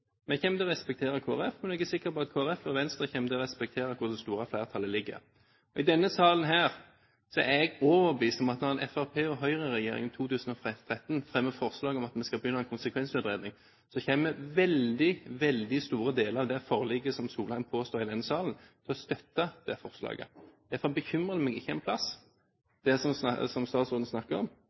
Men akkurat som denne regjeringen av og til fristiller hverandre, så er det faktisk en mulighet. Vi kommer til å respektere Kristelig Folkeparti, og jeg er sikker på at Kristelig Folkeparti og Venstre kommer til å respektere hvor det store flertallet ligger. Jeg er også overbevist om at når en Fremskrittsparti–Høyre-regjering i 2013 fremmer forslag i denne sal om at en skal begynne med en konsekvensutredning, så kommer veldig store deler av det forliket som Solheim påstår er i denne salen, til å støtte det forslaget. Derfor bekymrer det meg ikke på en